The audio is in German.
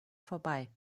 vorbei